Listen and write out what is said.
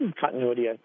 continuity